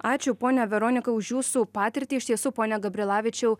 ačiū ponia veronika už jūsų patirtį iš tiesų pone gabrilavičiau